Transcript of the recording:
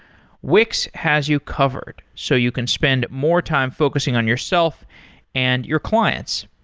wix has you covered, so you can spend more time focusing on yourself and your clients.